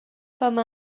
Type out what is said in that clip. comme